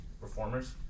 performers